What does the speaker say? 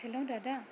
hello দাদা